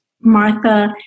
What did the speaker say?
Martha